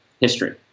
history